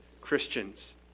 Christians